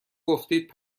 گفتید